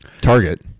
Target